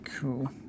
cool